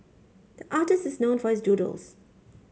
the artist is known for doodles